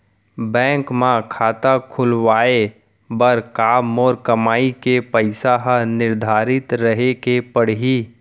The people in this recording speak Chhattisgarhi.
बैंक म खाता खुलवाये बर का मोर कमाई के पइसा ह निर्धारित रहे के पड़ही?